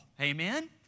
Amen